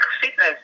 fitness